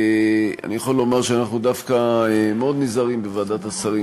אני יכול לומר שאנחנו דווקא מאוד נזהרים בוועדת השרים,